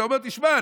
אתה אומר: תשמע,